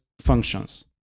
functions